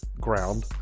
ground